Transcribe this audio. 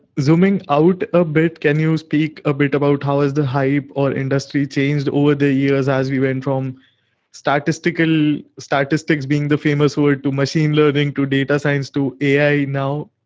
zooming out a bit. can you speak a bit about how is the hype or industry changed over the years as we went from statistical statistics being the famous world to machine learning to data science to a now?